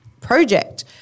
project